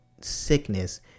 sickness